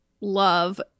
love